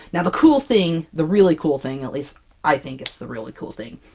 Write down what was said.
now the cool thing the really cool thing, at least i think it's the really cool thing,